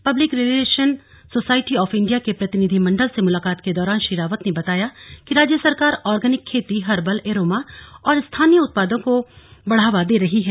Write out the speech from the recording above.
public relation society of India के प्रतिनिधिमण्डल से मुलाकात के दौरान श्री रावत ने बताया कि राज्य सरकार ऑर्गैनिक खेती हर्बल ऐरोमा और स्थानीय उत्पादों को बढ़ावा दे रही है